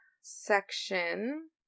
section